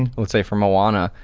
and let's say for moana,